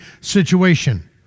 situation